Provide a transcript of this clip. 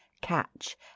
catch